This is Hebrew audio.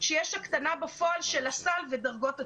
שיש הקטנה בפועל של הסל בדרגות התפקוד.